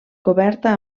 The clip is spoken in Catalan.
coberta